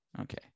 okay